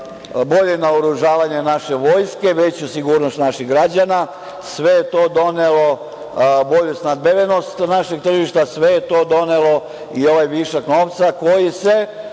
bolje naoružavanje naše vojske, veću sigurnost naših građana. Sve je to donelo bolju snabdevenost našeg tržišta. Sve je to donelo i ovaj višak novca, koji se